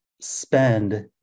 spend